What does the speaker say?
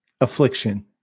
affliction